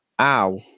Ow